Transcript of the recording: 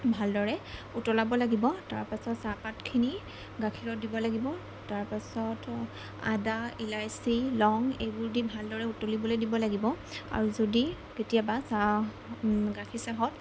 ভালদৰে উতলাব লাগিব তাৰপাছত চাহপাতখিনি গাখীৰত দিব লাগিব তাৰপাছত আদা ইলাইচি লং এইবোৰ দি ভালদৰে উতলিবলে দিব লাগিব আৰু যদি কেতিয়াবা চাহ গাখীৰ চাহত